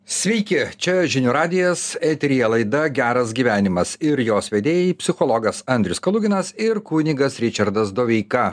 sveiki čia žinių radijas eteryje laida geras gyvenimas ir jos vedėjai psichologas andrius kaluginas ir kunigas ričardas doveika